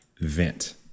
vent